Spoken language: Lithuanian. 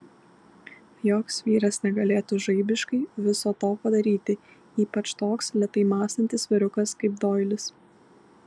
joks vyras negalėtų žaibiškai viso to padaryti ypač toks lėtai mąstantis vyrukas kaip doilis